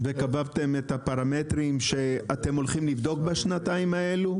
וקבעתם את הפרמטרים שאתם הולכים לבדוק בשנתיים האלו?